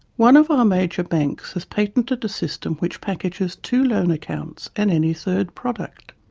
one of our major banks has patented a system which packages two loan accounts and any third product.